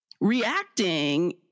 reacting